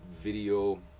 video